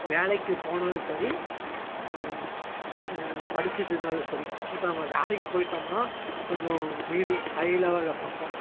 வேலைக்கு போனாலும் சரி படிச்சுட்டு இருந்தாலும் சரி இப்போ நம்ம வேலைக்கு போய்ட்டோம்னா கொஞ்சம் மீடியம் ஹை லெவலில் பார்ப்போம்